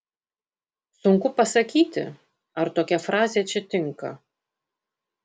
sunku pasakyti ar tokia frazė čia tinka